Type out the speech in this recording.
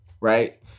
right